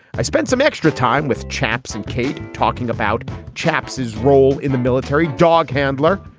i spent some extra time with chaps and kate talking about chaps, his role in the military dog handler.